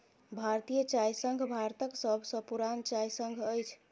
भारतीय चाय संघ भारतक सभ सॅ पुरान चाय संघ अछि